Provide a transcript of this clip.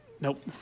nope